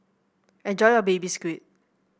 enjoy your Baby Squid